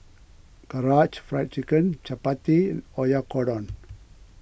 Karaage Fried Chicken Chapati Oyakodon